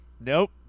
Nope